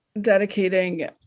dedicating